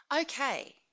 Okay